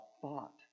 thought